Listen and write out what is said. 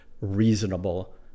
reasonable